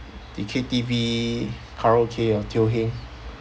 the K_T_V karaoke ah teo heng